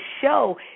show